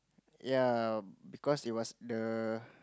ya because it was the